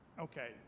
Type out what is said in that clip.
Okay